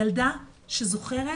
ילדה שזוכרת